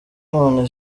none